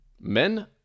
Men